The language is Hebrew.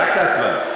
רק את ההצבעה.